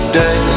day